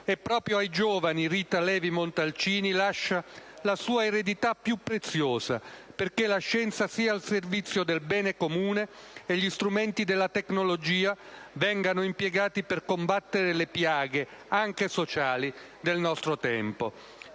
Proprio ai giovani Rita Levi-Montalcini lascia la sua eredità più preziosa, perché la scienza sia al servizio del bene comune e gli strumenti della tecnologia vengano impiegati per combattere le piaghe anche sociali del nostro tempo: